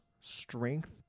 Strength